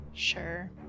sure